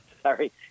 sorry